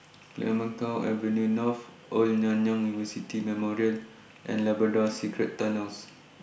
Clemenceau Avenue North Old Nanyang University Memorial and Labrador Secret Tunnels